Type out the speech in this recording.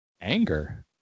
Anger